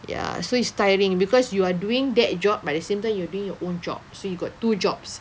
ya so it's tiring because you are doing that job but at the same time you're doing your own job so you got two jobs